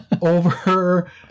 over